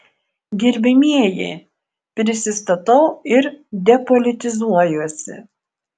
gerbiamieji prisistatau ir depolitizuojuosi